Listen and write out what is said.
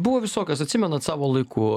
buvo visokios atsimenat savo laiku